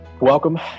Welcome